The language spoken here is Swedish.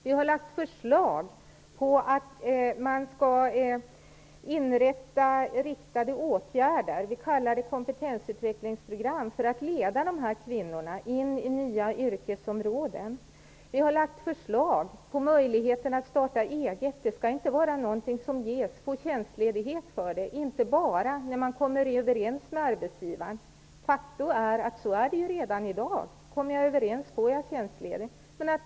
Vi har lagt fram förslag om att man skall inrätta riktade åtgärder - vi kallar det kompetensutvecklingsprogram - för att leda kvinnorna in på nya yrkesområden. Vi har lagt fram förslag om möjligheter att starta eget. Det skall vara något som man får tjänstledighet för inte bara när man kommer överens om det med arbetsgivaren. Faktum är att så är det ju redan i dag. Kommer jag överens med arbetsgivaren får jag tjänstledigt.